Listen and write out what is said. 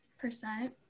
percent